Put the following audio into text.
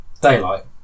Daylight